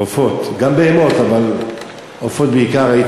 גם בהמות אבל עופות בעיקר.